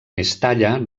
mestalla